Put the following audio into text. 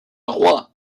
roi